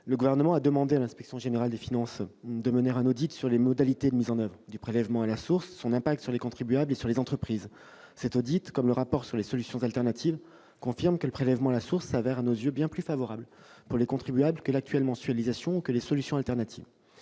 le Gouvernement a demandé à l'Inspection générale des finances de mener un audit sur les modalités de mise en oeuvre du prélèvement à la source, son impact sur les contribuables et sur les entreprises. Cet audit, comme le rapport sur les solutions alternatives, confirme que le prélèvement à la source s'avère, à nos yeux, bien plus favorable pour les contribuables que l'actuelle mensualisation ou que les solutions alternatives.